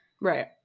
Right